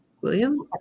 William